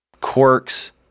quirks